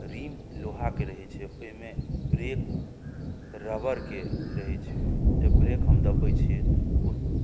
रीम लोहाके रहै छै ओहिमे ब्रेक रबरके रहै छै जब ब्रेक हम दब्बै छियै तऽ ओ